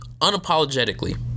unapologetically